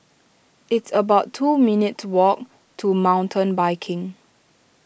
it's about two minutes' walk to Mountain Biking